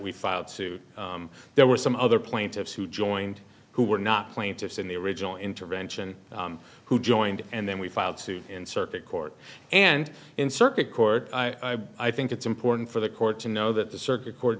we filed suit there were some other plaintiffs who joined who were not plaintiffs in the original intervention who joined and then we filed suit in circuit court and in circuit court i i think it's important for the court to know that the circuit court